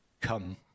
come